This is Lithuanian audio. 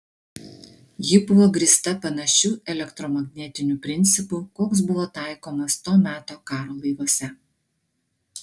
ji buvo grįsta panašiu elektromagnetiniu principu koks buvo taikomas to meto karo laivuose